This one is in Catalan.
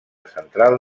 central